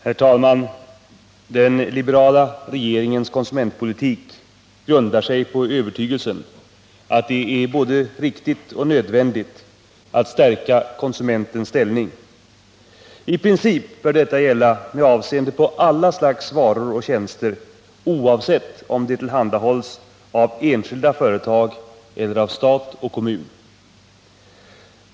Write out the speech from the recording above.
Herr talman! Den liberala regeringens konsumentpolitik grundar sig på övertygelsen att det är både riktigt och nödvändigt att stärka konsumentens ställning. I princip bör detta gälla med avseende på alla slags varor och tjänster, oavsett om de tillhandahålls av enskilda företag eller av stat och kommun.